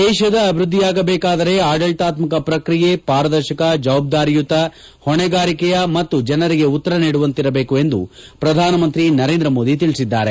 ದೇಶದ ಅಭಿವೃದ್ದಿಯಾಗಬೇಕಾದರೆ ಆಡಳಿತಾತ್ಮಕ ಪ್ರಕ್ರಿಯೆ ಪಾರದರ್ಶಕ ಜವಾಬ್ದಾರಿಯುತ ಹೊಣೆಗಾರಿಕೆಯ ಮತ್ತು ಜನರಿಗೆ ಉತ್ತರ ನೀಡುವಂತಿರಬೇಕು ಎಂದು ಪ್ರಧಾನ ಮಂತಿ ನರೇಂದ್ರ ಮೋದಿ ತಿಳಿಸಿದ್ದಾರೆ